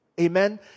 Amen